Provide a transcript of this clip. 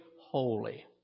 holy